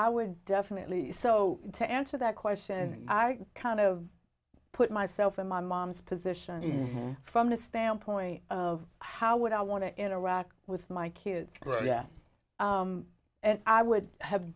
i would definitely so to answer that question i kind of put myself in my mom's position from the standpoint of how would i want to interact with my kids and i would have